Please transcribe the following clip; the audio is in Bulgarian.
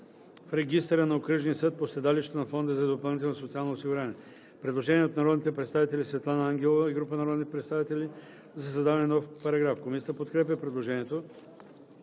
в регистъра на окръжния съд по седалището на фонда за допълнително социално осигуряване.“ Предложение от народния представител Светлана Ангелова и група народни представители за създаване на нов параграф. Комисията подкрепя предложението.